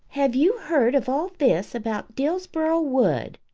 have you heard of all this about dillsborough wood?